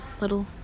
little